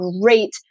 great